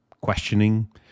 questioning